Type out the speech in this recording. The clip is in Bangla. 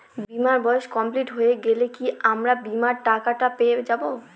বীমার বয়স কমপ্লিট হয়ে গেলে কি আমার বীমার টাকা টা পেয়ে যাবো?